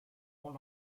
more